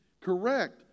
Correct